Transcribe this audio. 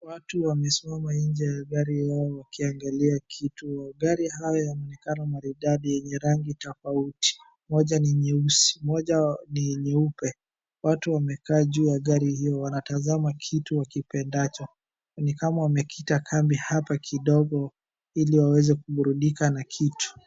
Watu wamesimama nje ya gari hiyo wakiangalia kitu. Gari haya ni kama maridadi yenye rangi tofauti. Moja ni nyeusi, moja ni nyeupe. Watu wamekaa juu ya gari hiyo. Wanatazama kitu wakipendacho. Ni kama wamekita kambi hapa kidogo ili waweze kuburudika na kitu.